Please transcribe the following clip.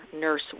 nurse